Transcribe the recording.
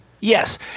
Yes